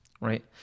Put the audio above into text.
right